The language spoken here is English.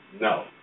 No